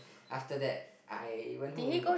after that I went home and